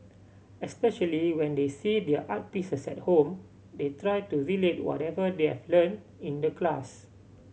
especially when they see their art pieces at home they try to relate whatever they've learnt in the class